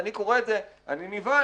אני קורא את זה, אני נבהל.